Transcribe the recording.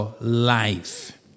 life